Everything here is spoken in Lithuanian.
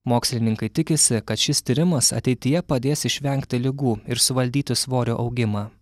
mokslininkai tikisi kad šis tyrimas ateityje padės išvengti ligų ir suvaldyti svorio augimą